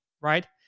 right